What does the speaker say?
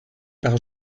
par